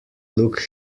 look